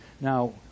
Now